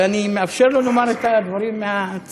אבל אני מאפשר לו לומר את הדברים מהצד.